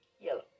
yellow